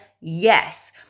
yes